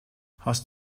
hast